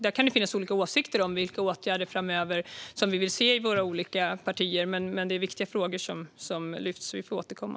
Det kan finnas olika åsikter i våra partier om vilka åtgärder vi vill se framöver. Men det är viktiga frågor som lyfts upp här, så vi får återkomma.